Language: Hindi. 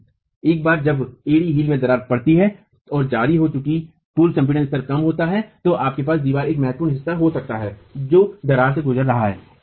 लेकिन एक बार जब एड़ी में दरार पड़ती है और जारी रहे चुकी पूर्व संपीड़न स्तर कम होता है तो आपके पास दीवार का एक महत्वपूर्ण हिस्सा हो सकता है जो दरार से गुजर रहा है